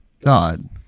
God